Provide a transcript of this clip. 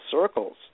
circles